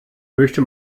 möchte